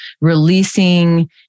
releasing